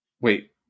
Wait